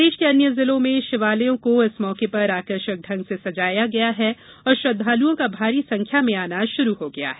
प्रदेश के अन्य जिलों के शिवालयों को इस मौके पर आकर्षक ढंग से सजाया गया है और श्रद्दालुओं का भारी संख्या में आना शुरू हो गया है